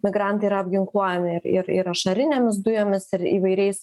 migrantai yra apginkluojami ir ir ir ašarinėmis dujomis ir įvairiais